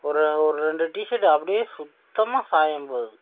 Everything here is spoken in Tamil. ஒரு ஒரு ரெண்டு டி ஷர்ட் அப்படியே சுத்தமாக சாயம் போகுது